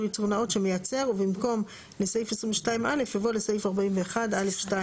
ייצור נאות שמייצר" ובמקום "לסעיף 22(א) יבוא "לסעיף 41(א2)(1)".